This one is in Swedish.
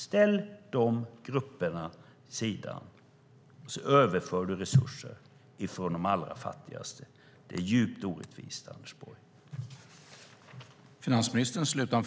Dessa grupper ställs sida vid sida. Sedan överför man resurser från de allra fattigaste. Det är djupt orättvist, Anders Borg.